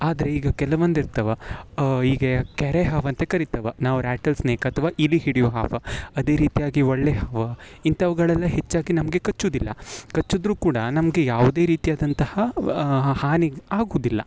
ಆದರೆ ಈಗ ಕೆಲವೊಂದು ಇರ್ತವ ಹೀಗೆ ಕೆರೆ ಹಾವಂಥ ಕರಿತವೆ ನಾವು ರ್ಯಾಟಲ್ ಸ್ನೇಕ್ ಅಥ್ವಾ ಇಲಿ ಹಿಡಿಯುವ ಹಾವು ಅದೇ ರೀತಿಯಾಗಿ ಒಳ್ಳೆ ಹಾವು ಇಂಥವುಗಳೆಲ್ಲ ಹೆಚ್ಚಾಗಿ ನಮಗೆ ಕಚ್ಚೋದಿಲ್ಲ ಕಚ್ಚಿದ್ರೂ ಕೂಡ ನಮಗೆ ಯಾವುದೇ ರೀತಿಯಾದಂತಹ ಹಾನಿ ಆಗುವುದಿಲ್ಲ